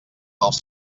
dels